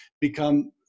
become